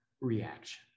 reaction